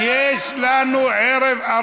ב-67' הוא לא היה פה.